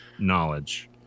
knowledge